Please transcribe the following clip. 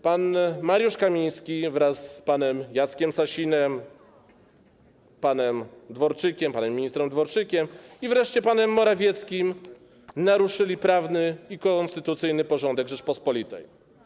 Pan Mariusz Kamiński wraz z panem Jackiem Sasinem, panem ministrem Dworczykiem i wreszcie panem Morawieckim naruszyli prawny i konstytucyjny porządek Rzeczypospolitej.